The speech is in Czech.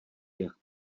jak